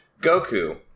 Goku